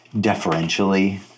deferentially